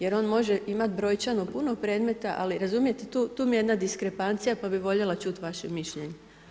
Jer on može imati brojčano puno predmeta, ali razumijete tu mi je jedna diskrepacija, pa bih voljela čut vaše mišljenje.